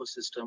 ecosystem